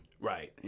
Right